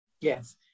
Yes